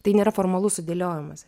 tai nėra formalus sudėliojimas